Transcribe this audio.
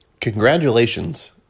Congratulations